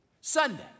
Sunday